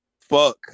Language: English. fuck